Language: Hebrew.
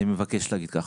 אני מבקש להגיד ככה,